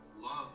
love